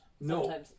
No